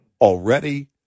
already